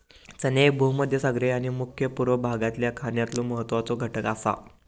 चणे ह्ये भूमध्यसागरीय आणि मध्य पूर्व भागातल्या खाण्यातलो महत्वाचो घटक आसा